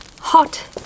Hot